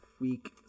week